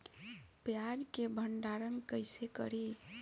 प्याज के भंडारन कईसे करी?